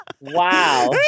Wow